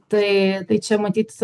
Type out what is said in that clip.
tai tai čia matyt